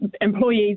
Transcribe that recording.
employees